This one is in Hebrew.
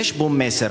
יש פה מסר,